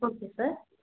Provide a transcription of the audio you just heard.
okay sir